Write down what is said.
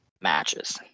matches